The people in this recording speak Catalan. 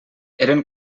eren